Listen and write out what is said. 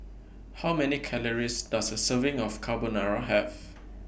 How Many Calories Does A Serving of Carbonara Have